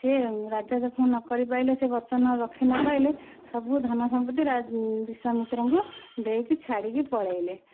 ସେ ରାଜା ଯଦି ନକରିପାରିଲେ ସେ ବଚନ ରଖି ନପାରିଲେ ସବୁ ଧନ ସମ୍ପତ୍ତି ବିଶ୍ୱାମିତ୍ରଙ୍କୁ ଦେଇକି ଛାଡ଼ିକି ପଳାଇଲେ